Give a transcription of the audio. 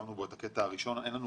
שסיימנו בו את הקטע הראשון אין לנו